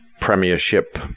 premiership